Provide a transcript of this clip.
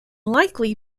likely